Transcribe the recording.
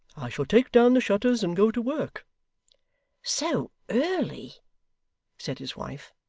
i shall take down the shutters and go to work so early said his wife.